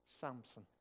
Samson